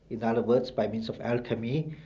you know and words by means of alchemy,